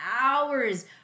hours